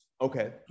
okay